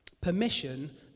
Permission